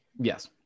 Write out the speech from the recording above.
Yes